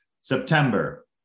September